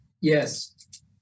Yes